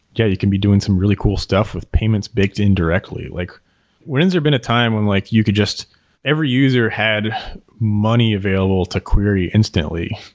yeah, you can be doing some really cool stuff with payments baked in directly. like when has there been a time when like you could just every user had money available to query instantly?